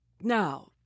Now